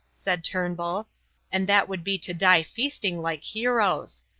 said turnbull and that would be to die feasting like heroes.